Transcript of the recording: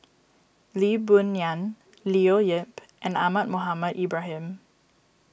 Lee Boon Ngan Leo Yip and Ahmad Mohamed Ibrahim